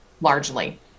largely